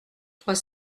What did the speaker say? trois